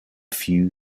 few